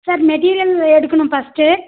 sir material எடுக்கணும் first